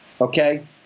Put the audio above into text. okay